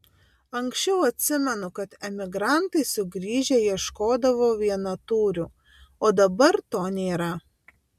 anksčiau atsimenu kad emigrantai sugrįžę ieškodavo vienatūrių o dabar to nėra